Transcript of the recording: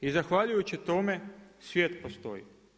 I zahvaljujući tome, svijet postoji.